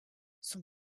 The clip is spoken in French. sont